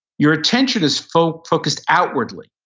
your attention is focused focused outwardly.